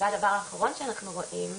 והדבר האחרון שאנחנו רואים,